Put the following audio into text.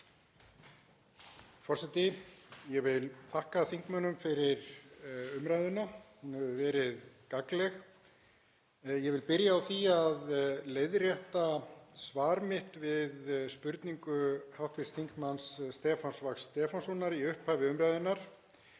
Forseti. Ég vil þakka þingmönnum fyrir umræðuna, hún hefur verið gagnleg. Ég vil byrja á því að leiðrétta svar mitt við spurningu hv. þm. Stefáns Vagns Stefánssonar í upphafi umræðunnar